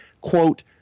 quote